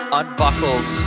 unbuckles